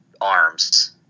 arms